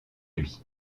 lui